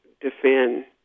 defend